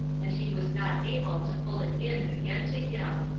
and he was not able to pull it in again to him,